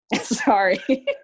sorry